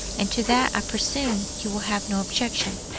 and to that i presume you will have no objection!